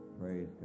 praise